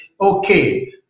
okay